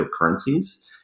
cryptocurrencies